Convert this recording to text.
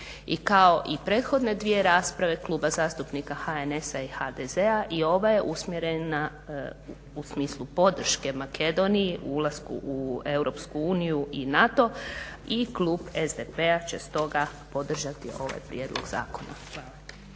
kao i prethodne dvije rasprave Kluba zastupnika HNS-a i HDZ-a i ova je usmjerena u smislu podrške Makedoniji, ulasku u Europsku uniju u NATO i Klub SDP će stoga podržati ovaj Prijedlog zakona.